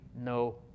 no